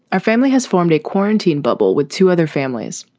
our family has formed a quarantine bubble with two other families.